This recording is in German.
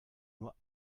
nur